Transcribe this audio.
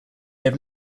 have